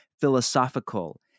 philosophical